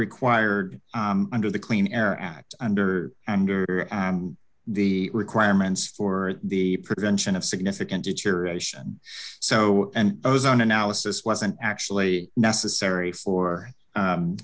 required under the clean air act under the requirements for the prevention of significant deterioration so and ozone analysis wasn't actually necessary floor